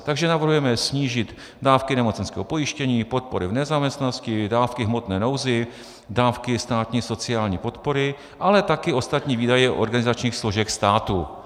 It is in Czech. Takže navrhujeme snížit dávky nemocenského pojištění, podpory v nezaměstnanosti, dávky v hmotné nouzi, dávky státní sociální podpory, ale také ostatní výdaje organizačních složek státu.